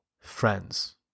friends